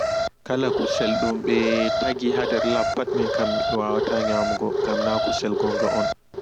Kala kusel dum ɓe tagi haa nder laɓ pat minka miwata nyamigo gamna kusel gonga on